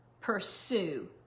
pursue